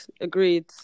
Agreed